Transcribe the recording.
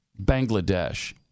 Bangladesh